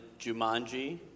Jumanji